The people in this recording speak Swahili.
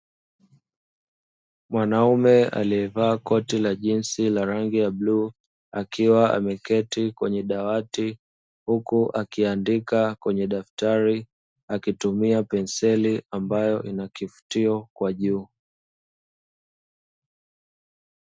Mwanaume aliyevaa koti la jinzi la rangi ya bluu, akiwa ameketi kwenye dawati, huku akiandika kwenye daftari, akitumia penseli ambayo ina kifutio kwa juu.